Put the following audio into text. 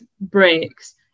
breaks